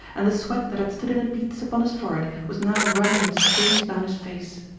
and the sweat that had stood in beads upon his forehead was now running in streams down his face.